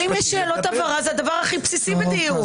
אם יש שאלות הבהרה, זה הדבר הכי בסיסי בדיון.